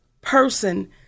person